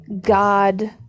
God